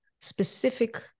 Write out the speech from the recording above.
specific